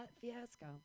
fiasco